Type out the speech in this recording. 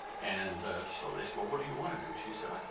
and so they said, well, what do you want to do? she said,